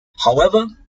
however